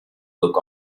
look